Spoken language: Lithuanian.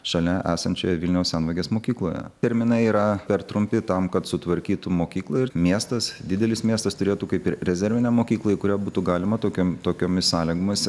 šalia esančioje vilniaus senvagės mokykloje terminai yra per trumpi tam kad sutvarkytų mokyklą ir miestas didelis miestas turėtų kaip ir rezervinę mokyklą į kurią būtų galima tokiam tokiomis sąlygomis